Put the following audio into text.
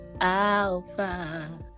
Alpha